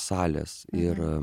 salės ir